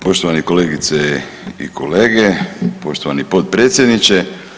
Poštovane kolegice i kolege, poštovani potpredsjedniče.